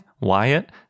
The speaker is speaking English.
Wyatt